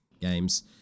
games